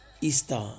Easter